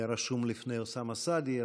שרשום לפני אוסאמה סעדי,